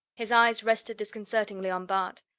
his eyes rested disconcertingly on bart.